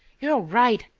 you're all right.